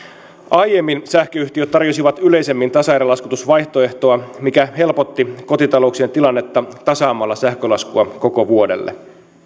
aiemmin sähköyhtiöt tarjosivat yleisemmin tasaerälaskutusvaihtoehtoa mikä helpotti kotitalouksien tilannetta tasaamalla sähkölaskua koko vuodelle